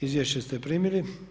Izvješće ste primili.